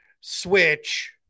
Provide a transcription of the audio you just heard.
Switch